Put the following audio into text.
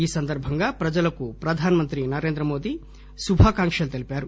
ఈ సందర్భంగా ప్రజలకు ప్రధానమంత్రి నరేంద్ర మోదీ శుభాకాంకలు తెలిపారు